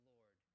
Lord